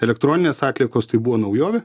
elektroninės atliekos tai buvo naujovė